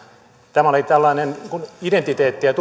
tämä oli tällainen identiteetti ja